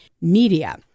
media